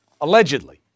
allegedly